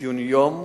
ציון יום